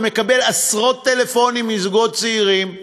ומקבל עשרות טלפונים מזוגות צעירים,